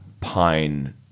pine